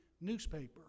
newspaper